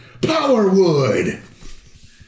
Powerwood